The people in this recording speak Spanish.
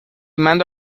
mando